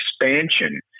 expansion